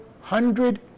hundred